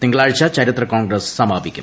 തിങ്കളാഴ്ച ചരിത്ര കോൺഗ്രസ് സമാപിക്കും